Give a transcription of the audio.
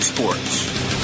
Sports